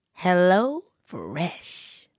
HelloFresh